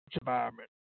environment